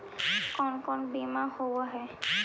कोन कोन बिमा होवय है?